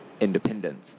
independence